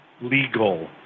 legal